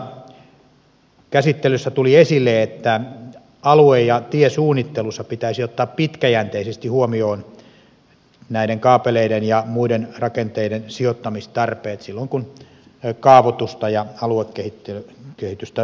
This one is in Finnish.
tuossa käsittelyssä tuli esille että alue ja tiesuunnittelussa pitäisi ottaa pitkäjänteisesti huomioon näiden kaapeleiden ja muiden rakenteiden sijoittamistarpeet silloin kun kaavoitusta ja aluekehitystä suunnitellaan